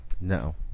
No